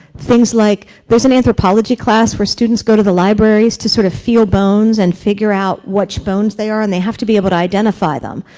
things like, there's an anthropology class where students go to the libraries to sort of feel bones and figure out, which bones they are and they have to be able to identify them.